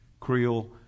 Creole